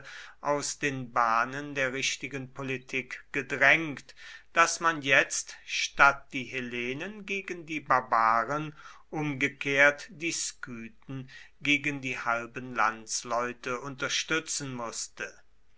aus den bahnen der richtigen politik gedrängt daß man jetzt statt die hellenen gegen die barbaren umgekehrt die skythen gegen die halben landsleute unterstützen mußte